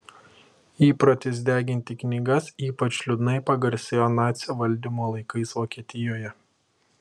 įprotis deginti knygas ypač liūdnai pagarsėjo nacių valdymo laikais vokietijoje